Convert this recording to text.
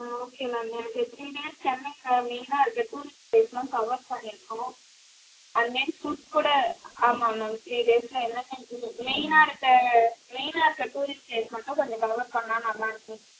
ஆ okay ma'am எனக்கு three days சென்னையில் மெயின்னாக இருக்க டூரிஸ்ட் ப்ளேஸெலாம் கவர் பண்ணியிருக்கணும் அதுமாரி ஃபுட் கூட ஆமாம் மேம் த்ரீ டேஸில் மெயினாக இருக்க மெயினாக இருக்க டூரிஸ்ட் ப்ளேஸ் மட்டும் கொஞ்சம் கவர் பண்ணிணா நல்லாயிருக்கும்